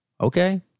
Okay